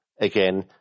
Again